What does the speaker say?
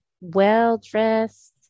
well-dressed